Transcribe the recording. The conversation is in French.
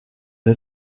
est